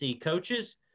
coaches